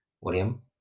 William